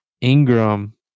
Ingram